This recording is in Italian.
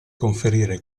conferire